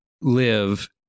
live